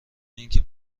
اینکه